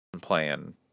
playing